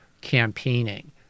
campaigning